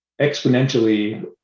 exponentially